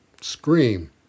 Scream